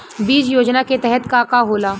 बीज योजना के तहत का का होला?